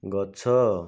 ଗଛ